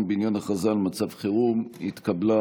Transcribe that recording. בעניין הכרזה על מצב חירום נתקבלה.